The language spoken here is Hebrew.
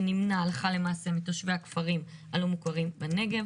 שנמנע הלכה למעשה מתושבי הכפרים הלא מוכרים בנגב,